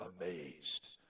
amazed